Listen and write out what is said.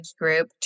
Group